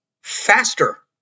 faster